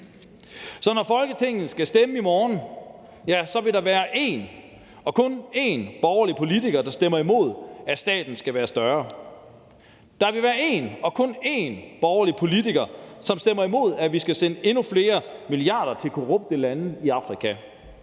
Så når Folketinget i morgen skal stemme, vil der være én og kun én borgerlig politiker, der stemmer imod, at staten skal være større, der vil være én og kun én borgerlig politiker, som stemmer imod, at vi skal sende endnu flere milliarder til korrupte lande i Afrika,